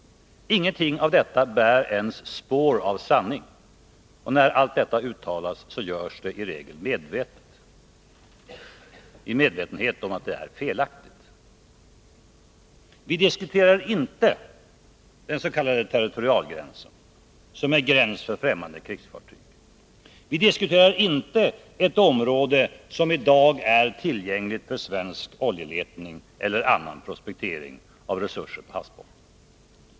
Ingenting av detta bär ens ett spår av sanning. När allt detta uttalas, sker det i regel i medvetenhet om att det är felaktigt. Vi diskuterar inte territorialgränsen, som är en gräns för främmande krigsfartyg. Vi diskuterar inte ett område, som i dag är tillgängligt för svensk oljeletning eller annan prospektering av resurserna på havsbottnen.